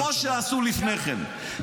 כמו שעשו לפני כן.